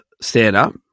stand-up